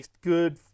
good